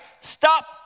stop